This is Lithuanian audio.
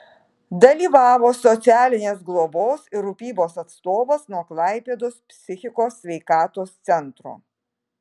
dalyvavo socialinės globos ir rūpybos atstovas nuo klaipėdos psichikos sveikatos centro